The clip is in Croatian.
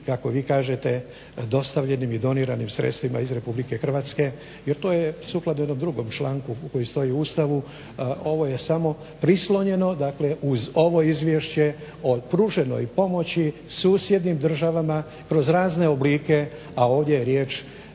kako vi kažete dostavljenim i doniranim sredstvima iz Republike Hrvatske jer to je sukladno jednom drugom članku koji stoji u Ustavu. Ovo je samo prislonjeno uz ovo izvješće o pruženoj pomoći susjednim državama kroz razne oblike, a ovdje je riječ